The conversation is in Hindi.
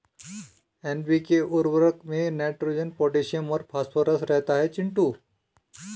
एन.पी.के उर्वरक में नाइट्रोजन पोटैशियम और फास्फोरस रहता है चिंटू